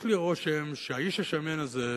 יש לי רושם שהאיש השמן הזה,